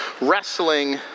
Wrestling